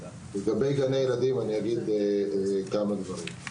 אני אגיד כמה דברים לגבי גני ילדים.